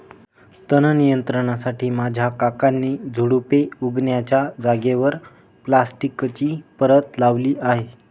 तण नियंत्रणासाठी माझ्या काकांनी झुडुपे उगण्याच्या जागेवर प्लास्टिकची परत लावली आहे